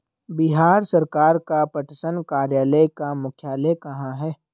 बिहार सरकार का पटसन कार्यालय का मुख्यालय कहाँ है?